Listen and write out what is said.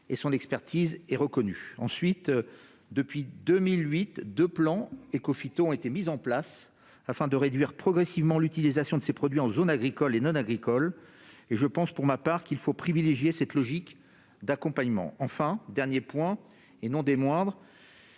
; son expertise est reconnue. Ensuite, depuis 2008, deux plans Écophyto ont été mis en place afin de réduire progressivement l'utilisation de ces produits dans les zones agricoles et non agricoles. Je pense, pour ma part, qu'il faut privilégier cette logique d'accompagnement. Enfin, dernier point et non des moindres,